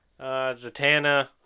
Zatanna